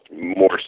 more